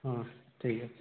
ହଁ ଠିକ୍